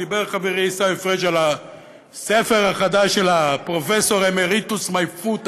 דיבר חברי עיסאווי פריג' על הספר החדש של הפרופ' אמריטוס מיי פוט,